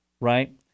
right